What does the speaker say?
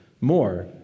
more